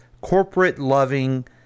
corporate-loving